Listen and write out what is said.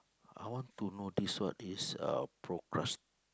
I want to know this word is uh procras~